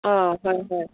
ꯍꯣꯏ ꯍꯣꯏ